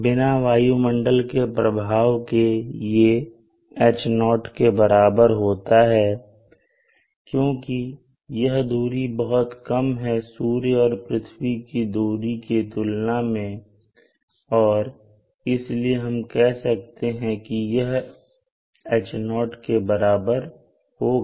बिना वायुमंडल के प्रभाव के यह H0 के बराबर होता है क्योंकि यह दूरी बहुत कम है सूर्य और पृथ्वी की दूरी के तुलना में और इसीलिए हम कह सकते हैं कि यह H0 के बराबर होगा